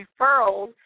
referrals